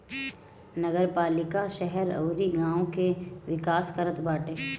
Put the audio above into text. नगरपालिका शहर अउरी गांव के विकास करत बाटे